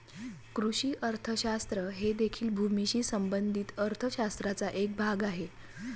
कृषी अर्थशास्त्र हे देखील भूमीशी संबंधित अर्थ शास्त्राचा एक भाग आहे